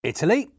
Italy